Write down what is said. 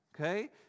okay